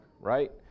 right